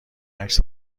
عکس